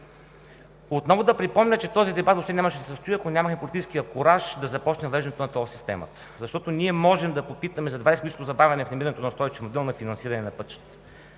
Отново да припомня, че този дебат въобще нямаше да се състои, ако нямахме политическия кураж да започнем въвеждането на тол системата, защото ние можем да попитаме за 20-годишното забавяне в намирането на устойчив модел за финансиране на пътищата.